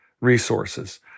resources